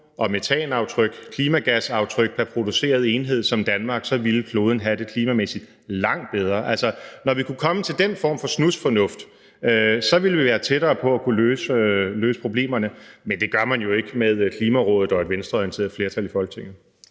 og metanaftryk, klimagasaftryk, pr. produceret enhed som Danmark, så ville kloden have det klimamæssigt langt bedre. Når vi kunne komme til den form for snusfornuft, ville vi være tættere på at kunne løse problemerne, men det gør man jo ikke med Klimarådet og et venstreorienteret flertal i Folketinget.